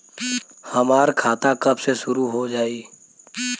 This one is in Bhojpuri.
हमार खाता कब से शूरू हो जाई?